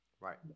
Right